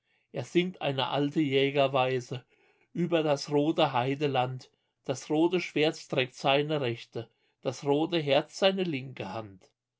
er singt eine alte jägerweise über das rote heideland das rote schwert trägt seine rechte das rote herz seine linke hand